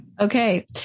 Okay